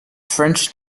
french